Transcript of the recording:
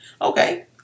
Okay